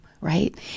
right